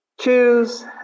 Choose